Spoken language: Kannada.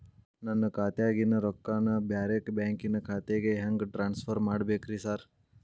ನನ್ನ ಖಾತ್ಯಾಗಿನ ರೊಕ್ಕಾನ ಬ್ಯಾರೆ ಬ್ಯಾಂಕಿನ ಖಾತೆಗೆ ಹೆಂಗ್ ಟ್ರಾನ್ಸ್ ಪರ್ ಮಾಡ್ಬೇಕ್ರಿ ಸಾರ್?